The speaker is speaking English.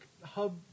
hub